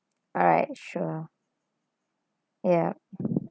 alright sure yup